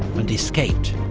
and escaped.